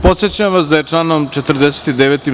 Podsećam vas da je članom 49.